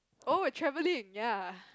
oh travelling ya